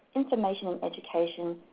information and education,